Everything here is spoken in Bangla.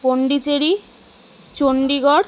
পন্ডিচেরি চণ্ডীগড়